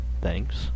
Thanks